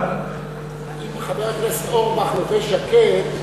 אם חבר הכנסת אורבך לובש ז'קט,